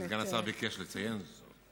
וסגן השר ביקש לציין את זה.